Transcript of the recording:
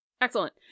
excellent